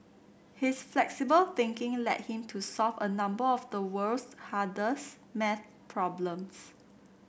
his flexible thinking led him to solve a number of the world's hardest maths problems